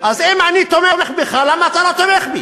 אז אם אני תומך בך, למה אתה לא תומך בי?